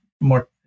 more